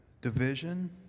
division